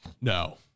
No